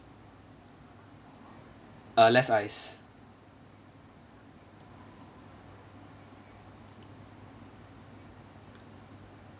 uh less ice